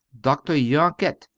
dr. yanket,